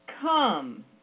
Come